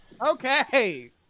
Okay